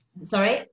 Sorry